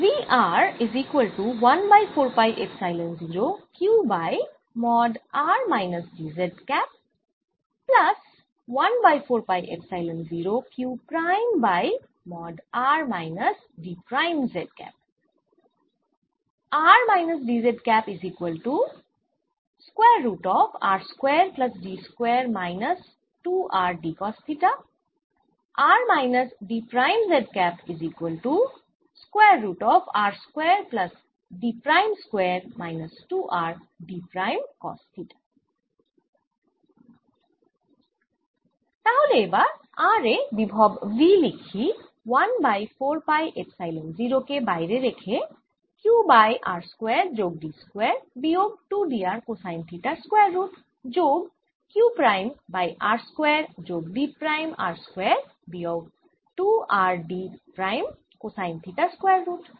তাহলে এবার r এ বিভব V লিখি 1 বাই 4 পাই এপসাইলন 0 কে বাইরে রেখে q বাই r স্কয়ার যোগ d স্কয়ার বিয়োগ 2 d r কোসাইন থিটার স্কয়ার রুট যোগ q prime by r square যোগ d প্রাইম স্কয়ার বিয়োগ 2 r d প্রাইম কোসাইন থিটার স্কয়ার রুট